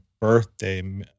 birthday